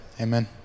Amen